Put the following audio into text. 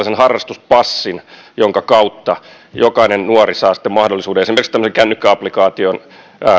harrastuspassin jonka kautta jokainen nuori saa mahdollisuuden esimerkiksi kännykkäaplikaation